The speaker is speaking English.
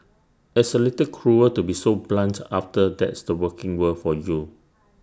it's A little cruel to be so blunt after that's the working world for you